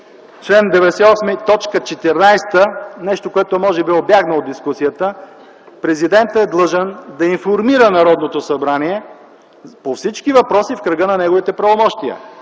98, т. 14, нещо което може би убягна от дискусията: президентът е длъжен да информира Народното събрание по всички въпроси в кръга на неговите правомощия.